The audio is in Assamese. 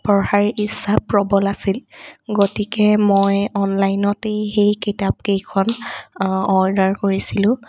পঢ়াৰ ইচ্ছা প্ৰবল আছিল গতিকে মই অনলাইনতেই সেই কিতাপ কেইখন অৰ্ডাৰ কৰিছিলোঁ